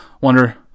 wonder